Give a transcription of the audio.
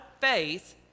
faith